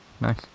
nice